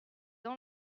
dans